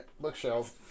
bookshelf